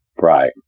Right